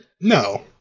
no